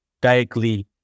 directly